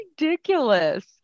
ridiculous